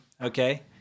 okay